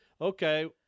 okay